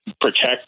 protect